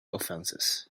offenses